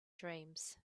dreams